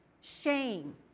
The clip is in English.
Shame